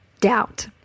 doubt